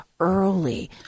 early